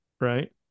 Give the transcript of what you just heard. right